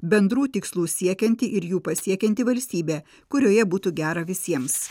bendrų tikslų siekianti ir jų pasiekianti valstybė kurioje būtų gera visiems